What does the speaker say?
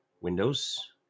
windows